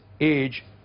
age